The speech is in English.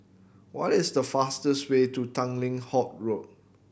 what is the fastest way to Tanglin Halt Road